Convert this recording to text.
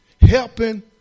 helping